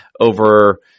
over